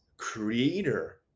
creator